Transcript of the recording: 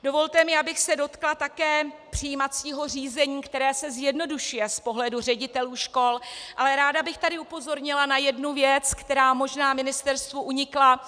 Dovolte mi, abych se dotkla také přijímacího řízení, které se zjednoduší z pohledu ředitelů škol, ale ráda bych tady upozornila na jednu věc, která možná ministerstvu unikla.